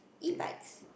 E bikes